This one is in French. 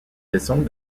leçons